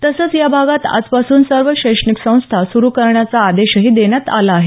तसंच या भागांत आज पासून सर्व शैक्षणिक संस्था सुरू करण्याचा आदेशही देण्यात आला आहे